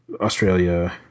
Australia